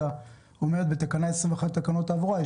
אומרת שבתקנה 21 לתקנות התעבורה,